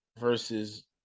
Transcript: versus